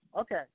Okay